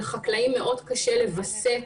לחקלאים מאוד קשה לווסת